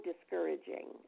discouraging